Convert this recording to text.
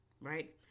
right